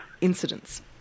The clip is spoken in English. incidents